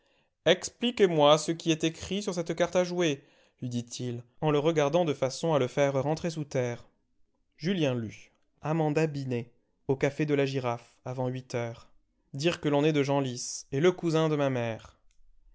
expliquez-moi ce qui est écrit sur cette carte à jouer lui dit-il en le regardant de façon à le faire rentrer sous terre julien lut amanda binet au café de la girafe avant huit heures dire que l'on est de genlis et le cousin de ma mère